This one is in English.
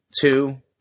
two